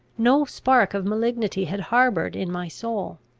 no spark of malignity had harboured in my soul.